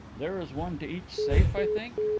there is one to each safe, i think?